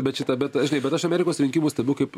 bet šitą bet žinai bet aš amerikos rinkimus stebiu kaip